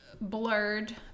blurred